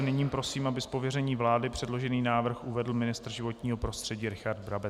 Nyní prosím, aby z pověření vlády předložený návrh uvedl ministr životního prostředí Richard Brabec.